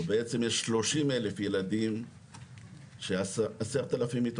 או בעצם יש 30,000 ילדים ש-10,000 ילדים